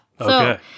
Okay